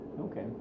Okay